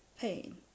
pain